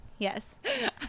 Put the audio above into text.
yes